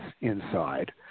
inside